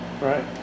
Right